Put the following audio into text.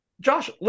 Josh